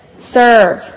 serve